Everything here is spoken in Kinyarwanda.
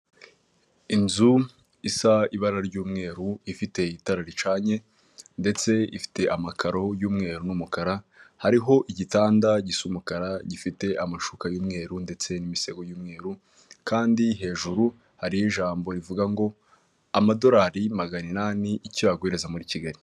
Inzu isa ibara ry'umweru ifite itara ricanye ndetse ifite amakaro y'umweru n'umukara, hariho igitanda gisa umukara gifite amashuka y'umweru ndetse n'imisego y'umweru kandi hejuru hariho ijambo rivuga ngo amadorari magana inani icyo yaguhereza muri Kigali.